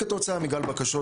כתוצאה מגל בקשות,